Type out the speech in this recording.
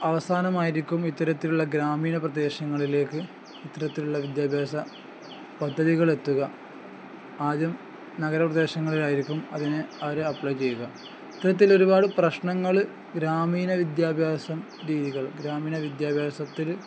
അവസാനമായിരിക്കും ഇത്തരത്തിലുള്ള ഗ്രാമീണ പ്രദേശങ്ങളിലേക്ക് ഇത്തരത്തിലുള്ള വിദ്യാഭ്യാസ പദ്ധതികൾ എത്തുക ആദ്യം നഗരപ്രദേശങ്ങളിലായിരിക്കും അതിനെ അവര് അപ്ലൈ ചെയ്യുക ഇത്തരത്തിലൊരുപാട് പ്രശ്നങ്ങള് ഗ്രാമീണ വിദ്യാഭ്യാസം രീതികൾ ഗ്രാമീണ വിദ്യാഭ്യാസത്തിൽ